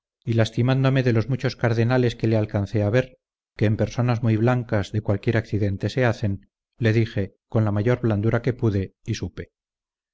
y lastimándome de los muchos cardenales que le alcance a ver que en personas muy blancas de cualquier accidente se hacen le dije con la mayor blandura que pude y supe